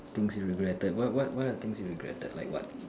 things you regretted what what what are the things you regretted like what